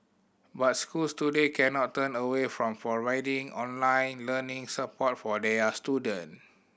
but schools today cannot turn away from providing online learning support for their student